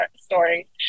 story